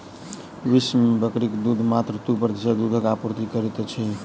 विश्व मे बकरीक दूध मात्र दू प्रतिशत दूधक आपूर्ति करैत अछि